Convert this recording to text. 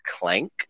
Clank